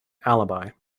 alibi